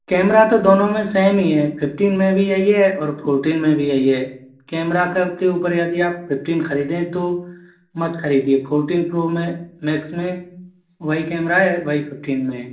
camera तो दोनों में सेम ही है फिफ्टीन में भी यही है और फोरटीन में भी यही है कैमरा का के ऊपर यदि आप फिफ्टीन खरीदें तो मत खरीदिए फोरटीन प्रो मैक्स में वही कैमरा है वही फिफ्टीन में